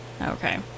Okay